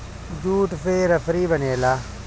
jute से रसरी बनेला